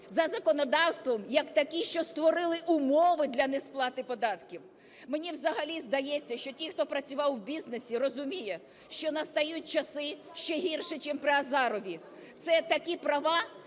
за законодавством як такі, що створили умови для несплати податків. Мені взагалі здається, що ті хто працював у бізнесі розуміє, що настають часи ще гірш, чим при Азарові, це такі права,